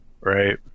Right